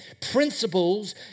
principles